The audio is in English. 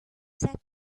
sat